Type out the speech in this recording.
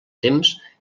temps